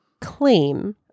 claim